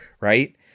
right